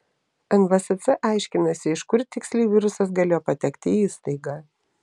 nvsc aiškinasi iš kur tiksliai virusas galėjo patekti į įstaigą